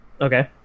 okay